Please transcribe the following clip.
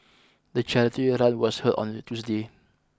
the charity run was held on a Tuesday